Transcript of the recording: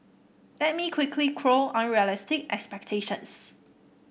let me quickly quell unrealistic expectations